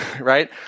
right